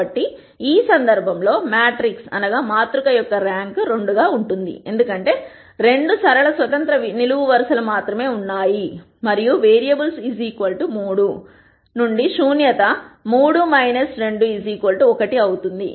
కాబట్టి ఈ సందర్భంలో మాతృక యొక్క ర్యాంక్ 2 గా ఉంటుంది ఎందుకంటే రెండు సరళ స్వతంత్ర నిలువు వరుసలు మాత్రమే ఉన్నాయి మరియు వేరియబుల్స్ 3 నుండి శూన్యత 3 2 1 అవుతుంది